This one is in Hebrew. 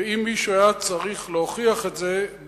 ואם מישהו היה צריך להוכיח את זה,